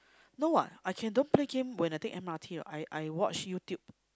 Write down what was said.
no what I can don't play game when I take M_R_T what I I watch YouTube